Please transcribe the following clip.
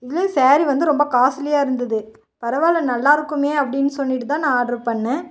இது ஸேரீ வந்து ரொம்ப காஸ்ட்லியாக இருந்தது பரவாயில்ல நல்லாயிருக்குமே அப்படின்னு சொல்லிட்டு தான் நான் ஆர்ட்ரு பண்ணிணேன்